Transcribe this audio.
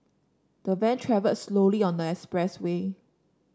the van travelled slowly on the expressway